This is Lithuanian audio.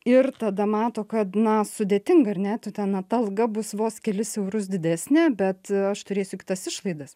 ir tada mato kad na sudėtinga ar ne tu ten na ta alga bus vos kelis eurus didesnė bet aš turėsiu kitas išlaidas